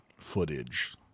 footage